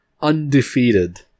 undefeated